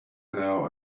now